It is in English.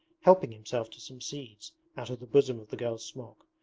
helping himself to some seeds out of the bosom of the girl's smock,